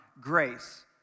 grace